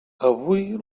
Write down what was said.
avui